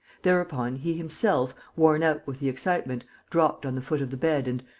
thereupon, he himself, worn out with the excitement, dropped on the foot of the bed and,